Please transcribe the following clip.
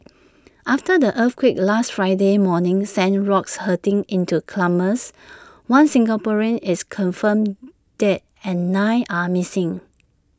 after the earthquake last Friday morning sent rocks hurtling into climbers one Singaporean is confirmed dead and nine are missing